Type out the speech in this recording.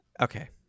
Okay